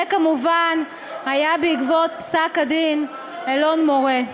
זה כמובן היה בעקבות פסק-הדין אלון-מורה.